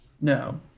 No